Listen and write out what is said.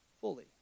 fully